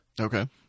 Okay